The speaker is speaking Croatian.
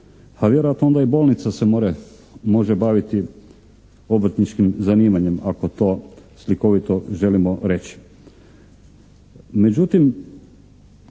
A vjerojatno onda i bolnica se može baviti obrtničkim zanimanjem ako to slikovito želimo reći. Međutim,